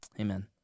Amen